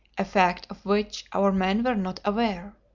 a fact of which our men were not aware.